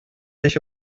dich